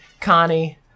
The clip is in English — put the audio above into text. Connie